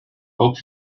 hope